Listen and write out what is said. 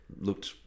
looked